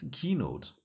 keynote